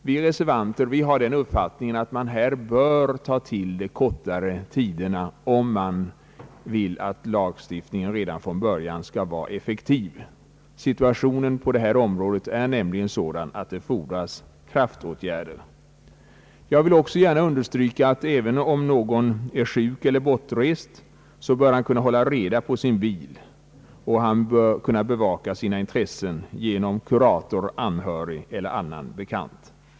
Vi reservanter har den uppfattningen att man bör ta till de kortare tiderna om man vill att lagstiftningen redan från början skall vara effektiv. Situationen på detta område är nämligen sådan att det fordras kraftåtgärder. Jag vill också gärna understryka att även om någon är sjuk eller bortrest bör han kunna hålla reda på sin bil eller bevaka sina intressen genom kurator, anhörig eller annan bekant.